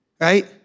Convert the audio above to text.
right